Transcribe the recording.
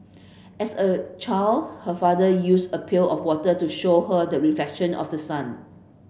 as a child her father used a pail of water to show her the reflection of the sun